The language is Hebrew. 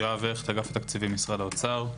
יואב הכט, אגף תקציבים, משרד האוצר.